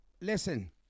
Listen